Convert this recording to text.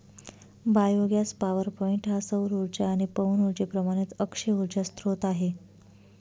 biogas power point हा सौर उर्जा आणि पवन उर्जेप्रमाणेच अक्षय उर्जा स्त्रोत आहे